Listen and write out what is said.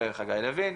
וחגי לוין,